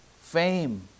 Fame